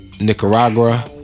Nicaragua